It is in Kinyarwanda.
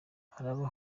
haraba